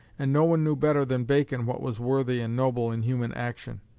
and no one knew better than bacon what was worthy and noble in human action.